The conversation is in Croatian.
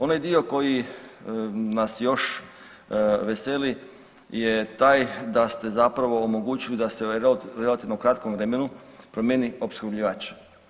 Onaj dio koji nas još veseli je taj da ste zapravo omogućili da se u relativno kratkom vremenu promijeni opskrbljivač.